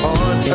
on